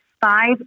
five